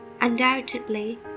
Undoubtedly